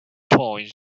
points